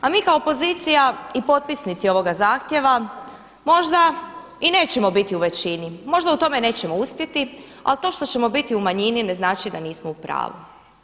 A mi kao opozicija i potpisnici ovoga zahtjeva možda i nećemo biti u većini, možda u tome nećemo uspjeti, ali to što ćemo biti u manjini ne znači da nismo u pravu.